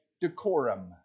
decorum